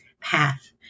path